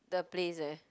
the place eh